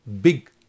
big